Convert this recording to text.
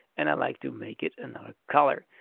and i like to make it another color.